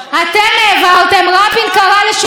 רבין קרא לשולמית אלוני, נכון.